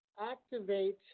activate